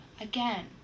Again